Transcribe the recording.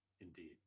Indeed